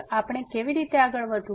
તો આપણે કેવી રીતે આગળ વધવું